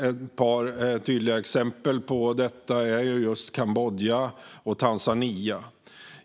Ett par tydliga exempel på det är just Kambodja och Tanzania.